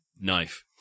knife